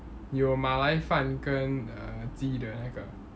有马来饭跟 err 鸡的那个